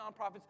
nonprofits